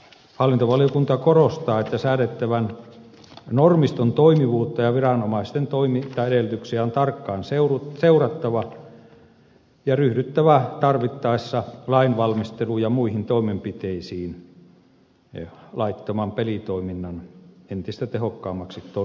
hallintovaliokunta korostaa että säädettävän normiston toimivuutta ja viranomaisten toimintaedellytyksiä on tarkkaan seurattava ja ryhdyttävä tarvittaessa lainvalmistelu ja muihin toimenpiteisiin laittoman pelitoiminnan entistä tehokkaammaksi torjumiseksi